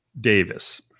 Davis